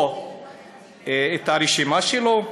או את הרשימה שלו?